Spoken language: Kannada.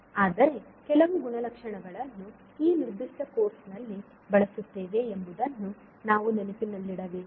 ಆದರೆ ಕೆಲವು ಗುಣಲಕ್ಷಣಗಳನ್ನು ಈ ನಿರ್ದಿಷ್ಟ ಕೋರ್ಸ್ ನಲ್ಲಿ ಬಳಸುತ್ತೇವೆ ಎಂಬುದನ್ನು ನಾವು ನೆನಪಿನಲ್ಲಿಡಬೇಕು